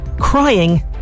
crying